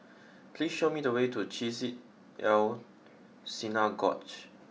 please show me the way to Chesed El Synagogue